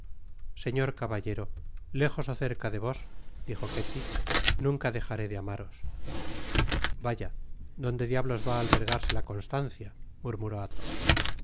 señor caballero léjos ó cerca de vos dijo ketty nunca dejaré de amaros vaya donde diablos va á albergarse la constancia murmuró athos yo